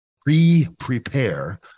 pre-prepare